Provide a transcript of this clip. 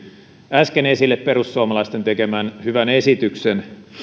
äsken esille perussuomalaisten tekemän hyvän esityksen